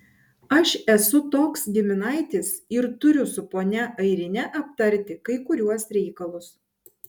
aš esu toks giminaitis ir turiu su ponia airine aptarti kai kuriuos reikalus